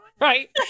right